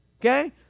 okay